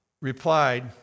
replied